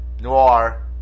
noir